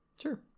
sure